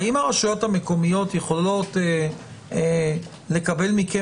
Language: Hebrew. האם הרשויות המקומיות יכולות לקבל מכם